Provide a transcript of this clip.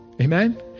Amen